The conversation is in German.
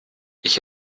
ich